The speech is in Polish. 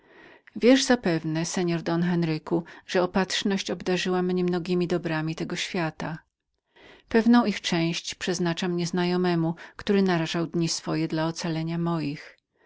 wiesz zapewne seor don enriquez że opatrzność obdarzyła mnie mnogiemi dobrami tego świata pewną część takowych przeznaczam szlachetnemu wybawcy który narażał dni swoje dla ocalenia moich